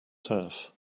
turf